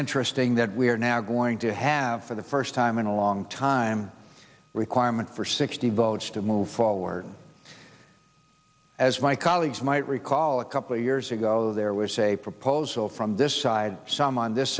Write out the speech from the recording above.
interesting that we are now going to have for the first time in a long time requirement for sixty votes to move forward as my colleagues might recall a couple of years ago there was a proposal from this side some on this